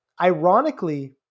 ironically